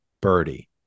birdie